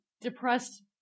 depressed